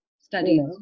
studies